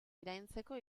iraintzeko